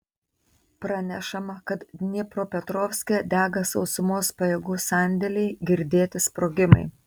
pranešama kad dniepropetrovske dega sausumos pajėgų sandėliai girdėti sprogimai